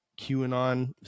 QAnon